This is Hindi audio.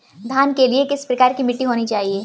धान के लिए किस प्रकार की मिट्टी होनी चाहिए?